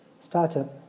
startup